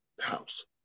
house